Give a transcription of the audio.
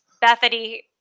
Bethany